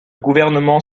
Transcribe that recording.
gouvernement